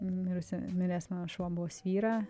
mirusi miręs mano šuo buvo svyra